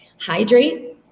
hydrate